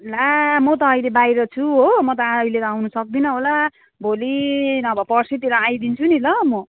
ला म त अहिले बाहिर छु हो म त अहिले आउनु सक्दिनँ होला भोलि नभए पर्सीतिर आइदिन्छु नि ल म